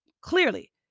clearly